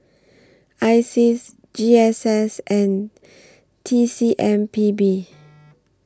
ISEAS G S S and T C M P B